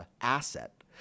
asset